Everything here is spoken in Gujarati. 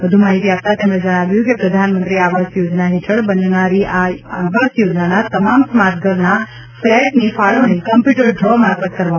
વ્ધુ માહિતી આપતા તેમણે જણાવ્યું હતું કે પ્રધાનમંત્રી આવાસ યોજના હેઠળ બનનારી આ આવાસ યોજનાના તમામ સ્માર્ટ ધરના ફ્લેટની ફાળવણી કમ્પ્યુટર ડ્રો મારફત કરવામાં આવશે